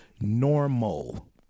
normal